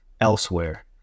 elsewhere